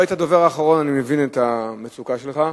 לא היית הדובר האחרון, אני מבין את המצוקה שלך.